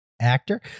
actor